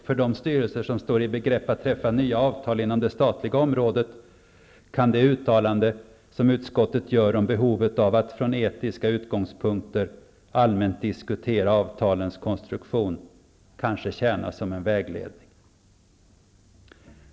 För de styrelser som står i begrepp att träffa nya avtal inom det statliga området kan det uttalande som utskottet gör om behovet av att från etiska utgångspunkter allmänt diskutera avtalens konstruktion kanske tjäna som vägledning.